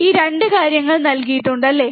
ഈ 2 കാര്യങ്ങൾ നൽകിയിട്ടുണ്ട് അല്ലേ